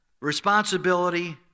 responsibility